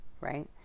right